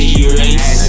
erase